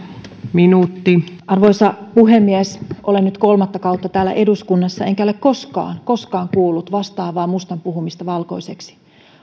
minuutti arvoisa puhemies olen nyt kolmatta kautta täällä eduskunnassa enkä ole koskaan koskaan kuullut vastaavaa mustan puhumista valkoiseksi